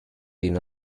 been